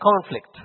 conflict